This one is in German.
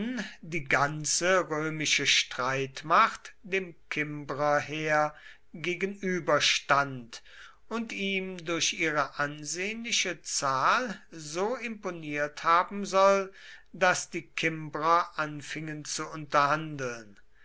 die ganze römische streitmacht dem kimbrerheer gegenüberstand und ihm durch ihre ansehnliche zahl so imponiert haben soll daß die kimbrer anfingen zu unterhandeln